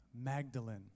Magdalene